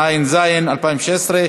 התשע"ז 2016,